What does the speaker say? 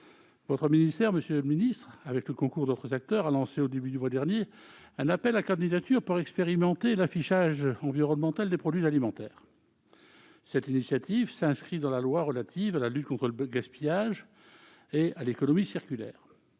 alimentaire. Votre ministère, avec le concours d'autres acteurs, a lancé au début du mois dernier un appel à candidatures pour expérimenter l'affichage environnemental des produits alimentaires. Cette initiative s'inscrit dans le cadre de la loi du 10 février 2020 relative à la lutte contre gaspillage et à l'économie circulaire.